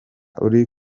uri